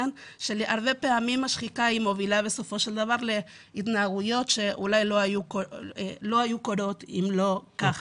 הרבה פעמים השחיקה מובילה להתנהגויות שאולי לא היו קורות אם לא כך.